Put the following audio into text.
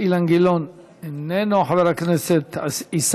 יעלה חבר הכנסת אילן גילאון,